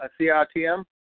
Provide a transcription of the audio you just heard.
CRTM